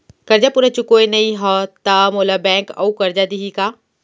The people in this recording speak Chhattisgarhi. करजा पूरा चुकोय नई हव त मोला बैंक अऊ करजा दिही का?